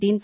దీంతో